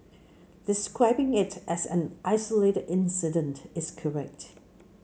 describing it as an isolated incident is correct